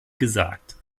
gesagt